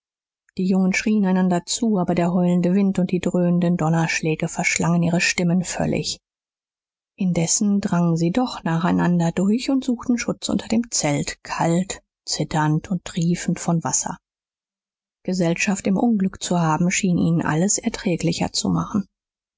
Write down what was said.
die jungen schrien einander zu aber der heulende wind und die dröhnenden donnerschläge verschlangen ihre stimmen völlig indessen drangen sie doch nacheinander durch und suchten schutz unter dem zelt kalt zitternd und triefend von wasser gesellschaft im unglück zu haben schien ihnen alles erträglicher zu machen